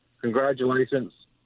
congratulations